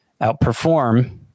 outperform